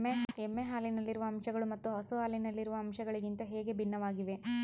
ಎಮ್ಮೆ ಹಾಲಿನಲ್ಲಿರುವ ಅಂಶಗಳು ಮತ್ತು ಹಸು ಹಾಲಿನಲ್ಲಿರುವ ಅಂಶಗಳಿಗಿಂತ ಹೇಗೆ ಭಿನ್ನವಾಗಿವೆ?